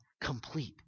complete